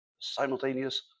simultaneous